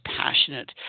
passionate